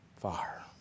fire